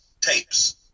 tapes